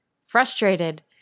Frustrated